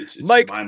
Mike